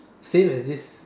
same as this